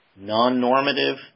non-normative